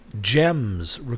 Gems